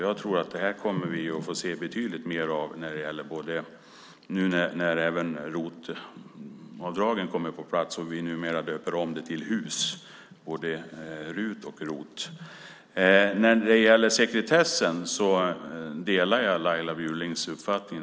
Jag tror att vi kommer att få se betydligt mer av det nu när även ROT-avdragen kommer på plats. Vi döper nu om det till HUS-avdrag - det är RUT-avdrag och ROT-avdrag. När det gäller sekretessen delar jag Laila Bjurlings uppfattning.